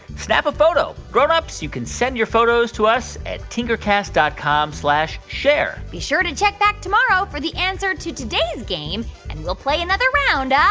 snap a photo. grown-ups, you can send your photos to us at tinkercast dot com share be sure to check back tomorrow for the answer to today's game, and we'll play another round ah